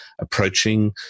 approaching